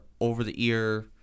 over-the-ear